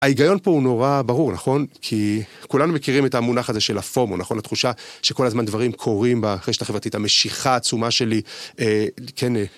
ההיגיון פה הוא נורא ברור, נכון, כי כולנו מכירים את המונח הזה של הפומו, נכון, התחושה שכל הזמן דברים קורים ברשת החברתית, המשיכה העצומה שלי, כן.